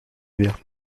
vers